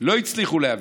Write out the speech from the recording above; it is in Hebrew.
לא הצליחו להבין.